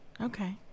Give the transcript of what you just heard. Okay